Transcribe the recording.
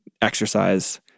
exercise